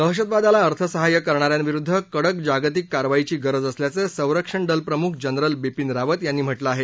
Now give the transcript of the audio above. दहशतवादाला अर्थसहाय्य करणाऱ्यांविरुद्ध कडक जागतिक कारवाईची गरज असल्याचं संरक्षण दलप्रमुख जनरल बिपीन रावत यांनी म्हा झें आहे